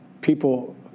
people